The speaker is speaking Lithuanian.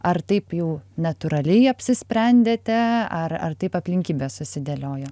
ar taip jau natūraliai apsisprendėte ar ar taip aplinkybės susidėliojo